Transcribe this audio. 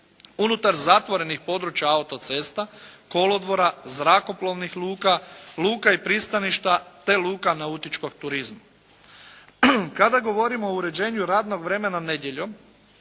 unutar zatvorenih područja autocesta, kolodvora, zrakoplovnih luka, luka i pristaništa te luka nautičkog turizma. Kada govorimo o uređenju radnog vremena nedjeljom